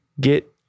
get